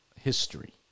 history